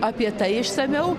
apie tai išsamiau